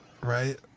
right